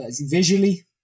visually